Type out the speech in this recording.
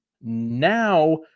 Now